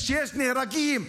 כשיש נהרגים,